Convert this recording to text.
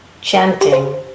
chanting